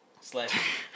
Slash